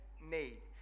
need